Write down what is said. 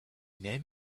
name